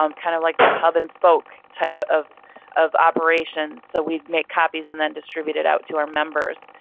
um kind of like that hub-and-spoke type of of operations, so we make copies and then distribute it out to our members.